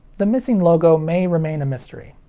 the missing logo may remain a mystery.